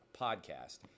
podcast